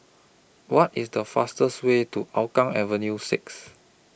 What IS The fastest Way to Hougang Avenue six